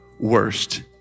worst